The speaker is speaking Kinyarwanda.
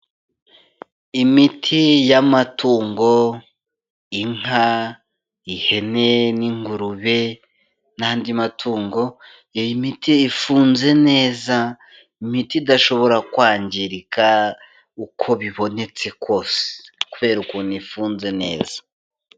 Imiti yamatungo inka, ihene ,n'ingurube n'andi matungo, iyo miti ifunze neza, imiti idashobora kwangirika uko bibonetse kose, kubera ukuntu ifunze neza.